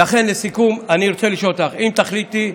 לכן, לסיכום אני רוצה לשאול אותך, אם תחליטי: